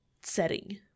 setting